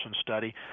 study